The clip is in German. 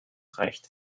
recht